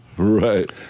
Right